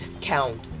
count